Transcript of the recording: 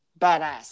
Badass